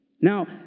Now